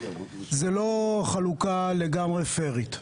זה לא חלוקה לגמרי פיירית.